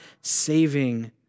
saving